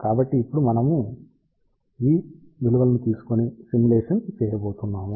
కాబట్టి ఇప్పుడు మనము ఈ విలువలను తీసుకొని సిమ్యులేషన్ చేయబోతున్నాము